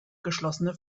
geschlossene